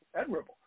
admirable